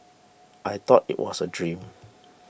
I thought it was a dream